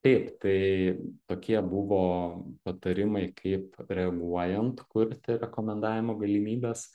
taip tai tokie buvo patarimai kaip reaguojant kurti rekomendavimo galimybes